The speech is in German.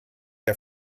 der